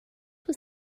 was